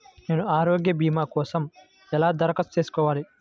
నేను ఆరోగ్య భీమా కోసం ఎలా దరఖాస్తు చేసుకోవాలి?